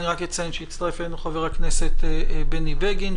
אני רק אציין שהצטרף אלינו חבר הכנסת בני בגין,